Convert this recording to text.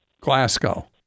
glasgow